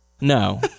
No